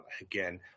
again